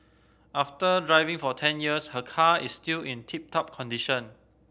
after driving for ten years her car is still in tip top condition